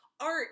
art